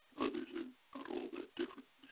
others are not all that different.